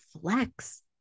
flex